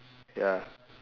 ya